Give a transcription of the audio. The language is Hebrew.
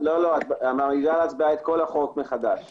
לא, לא, את מעמידה להצבעה את כל החוק מחדש.